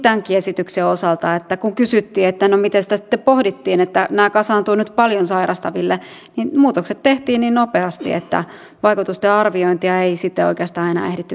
tämänkin esityksen osalta kun kysyttiin että no mitenkäs tätä sitten pohdittiin että nämä kasaantuvat nyt paljon sairastaville niin muutokset tehtiin niin nopeasti että vaikutusten arviointia ei sitten oikeastaan enää ehditty tekemään